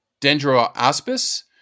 dendroaspis